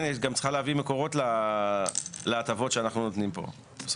היא גם צריכה למצוא מקורות לפתרונות שאנחנו נותנים פה.